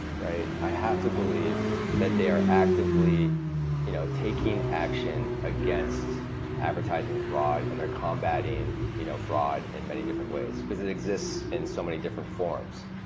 i have to believe that they are actively you know taking action against advertising fraud and they're combatting you know fraud in many different ways, because it exists in so many different forms.